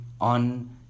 on